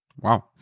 Wow